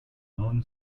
own